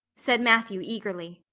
said matthew eagerly.